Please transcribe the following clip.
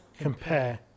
compare